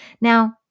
Now